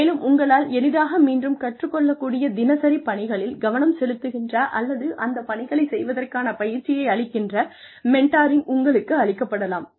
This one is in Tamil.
மேலும் உங்களால் எளிதாக மீண்டும் கற்றுக் கொள்ளக் கூடிய தினசரி பணிகளில் கவனம் செலுத்துகின்ற அல்லது அந்த பணிகளைச் செய்வதற்கான பயிற்சியை அளிக்கின்ற மெண்ட்டாரிங் உங்களுக்கு அளிக்கப்படலாம்